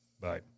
Bye